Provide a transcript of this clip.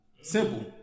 Simple